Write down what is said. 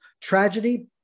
Tragedy